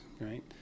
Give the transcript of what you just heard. right